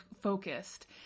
focused